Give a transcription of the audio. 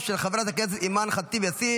לתקנון הכנסת החליטה ועדת החוקה,